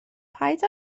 paid